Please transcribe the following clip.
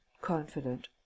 confident